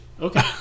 okay